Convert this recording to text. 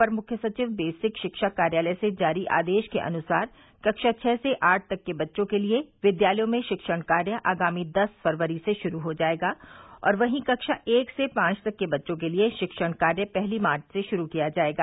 अपर मुख्य सचिव बेसिक शिक्षा कार्यालय से जारी आदेश के अनुसार कक्षा छह से आठ तक के बच्चों के लिये विद्यालयों में शिक्षण कार्य आगामी दस फरवरी से शुरू हो जायेगा और वहीं कक्षा एक से पांच तक के बच्चों के लिये शिक्षण कार्य पहली मार्व से शुरू किया जायेगा